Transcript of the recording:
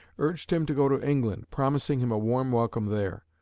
urged him to go to england, promising him a warm welcome there.